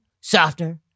softer